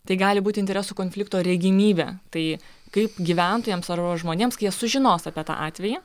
tai gali būti interesų konflikto regimybę tai kaip gyventojams arba žmonėms kai jie sužinos apie tą atvejį